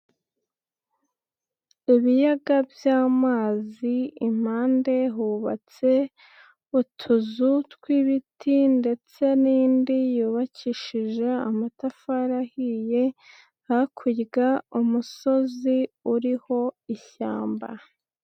Ibiyaga by'amazi impande hubatse utuzu tw'ibiti ndetse n'indi yubakishije amatafari ahiye, hakurya umusozi uriho ishyamba.